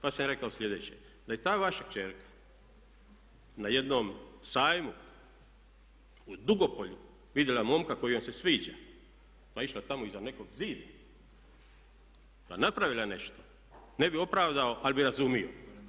Pa sam im rekao sljedeće, da je ta vaša kćerka na jednom sajmu u Dugopolju vidjela momka koji joj se sviđa pa išla tamo iza nekog zida pa napravila nešto ne bi opravdao ali bi razumio.